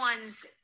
one's